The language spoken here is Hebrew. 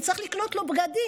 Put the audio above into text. אני צריך לקנות לו בגדים.